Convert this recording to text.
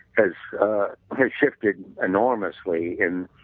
has shifted enormously in